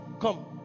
come